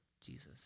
Jesus